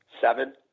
seven